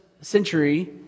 century